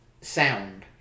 sound